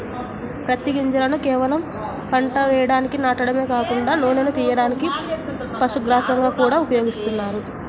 పత్తి గింజలను కేవలం పంట వేయడానికి నాటడమే కాకుండా నూనెను తియ్యడానికి, పశుగ్రాసంగా గూడా ఉపయోగిత్తన్నారు